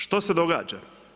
Što se događa?